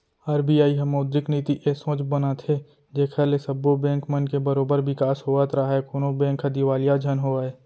RBI ह मौद्रिक नीति ए सोच बनाथे जेखर ले सब्बो बेंक मन के बरोबर बिकास होवत राहय कोनो बेंक ह दिवालिया झन होवय